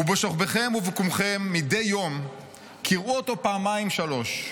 ובשוכבכם ובקומכם מדי יום קראו אותו פעמיים-שלוש,